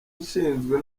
nshinzwe